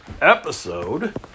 episode